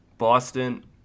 Boston